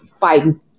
fighting